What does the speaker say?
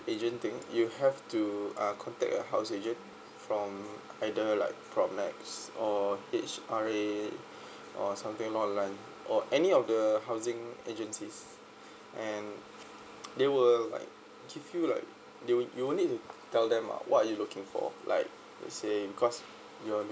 agent thing you have to uh contact your house agent from either like propnex or H R A or something or any of the housing agencies and they will like give you like they you you will only need tell them uh what are you looking for like let's say because you're